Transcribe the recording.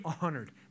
honored